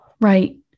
right